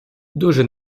дуже